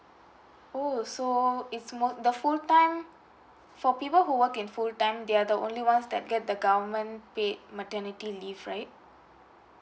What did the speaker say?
oh so it's more the full time for people who work in full time they're the only ones that get the government paid maternity leave right